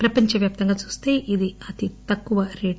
ప్రపంచవ్యాప్తంగా చూస్తే ఇది అతి తక్కువ రేటు